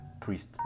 priest